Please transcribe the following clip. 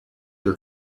your